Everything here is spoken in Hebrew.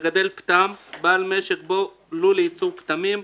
"מגדל פטם" בעל משק ובו לול לייצור פטמים,